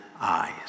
eyes